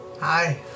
Hi